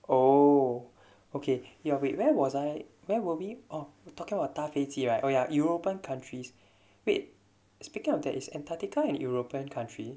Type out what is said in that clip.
oh okay your wait where was I we we'll be talking about 打飞机 right oh ya european countries with speaking up that is antarctica and european country